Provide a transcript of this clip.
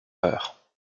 heure